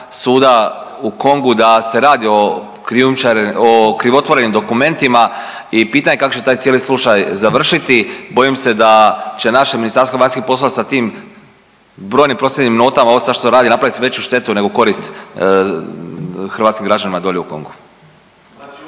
suda u Kongu da se radi o krivotvorenim dokumentima i pitanje kako će taj cijeli slučaj završiti. Bojim se da će naše MVEP sa tim brojnim prosvjednim notama ovo što sad radi napravit veću štetu nego korist hrvatskim građanima dolje u Kongu.